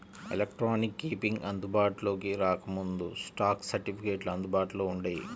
electronic keeping అందుబాటులోకి రాకముందు, stock సర్టిఫికెట్లు అందుబాటులో వుండేవి